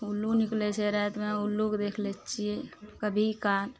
उल्लू निकलय छै रातिमे उल्लूके देख लै छियै कभी काल